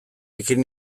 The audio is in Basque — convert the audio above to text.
ekin